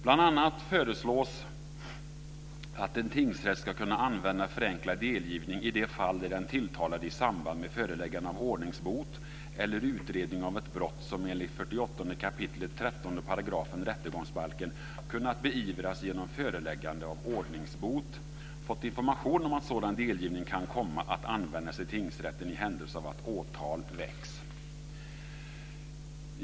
Bl.a. föreslås att en tingsrätt ska kunna använda förenklad delgivning i de fall där den tilltalade i samband med föreläggande av ordningsbot eller utredning av ett brott som enligt 48 kap 13 § rättegångsbalken kunnat beivras genom föreläggande av ordningsbot fått information om att sådan delgivning kan komma att användas i tingsrätten i händelse av att åtal väcks.